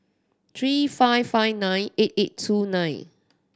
three five five nine eight eight two nine